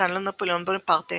נתן לו נפוליאון בונפרטה